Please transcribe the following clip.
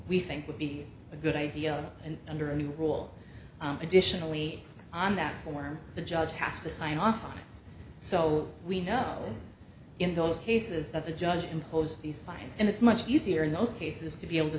we think would be a good idea and under a new rule additionally on that form the judge has to sign off on it so we know in those cases that the judge imposed these lines and it's much easier in those cases to be able to